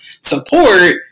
support